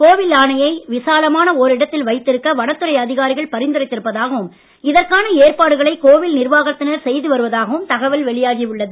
கோவில் யானையை விசாலமான ஓரிடத்தில் வைத்திருக்க வனத்துறை அதிகாரிகள் பரிந்துரைத்து இருப்பதாகவும் இதற்கான ஏற்பாடுகளை கோவில் நிர்வாகத்தினர் செய்து வருவதாகவும் தகவல் வெளியாகி உள்ளது